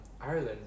ireland